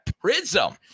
Prism